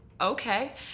okay